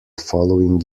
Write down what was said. following